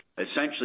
essentially